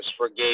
forgave